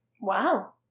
Wow